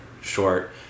short